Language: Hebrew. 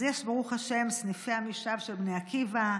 אז יש, ברוך השם, סניפי עמישב של בני עקיבא,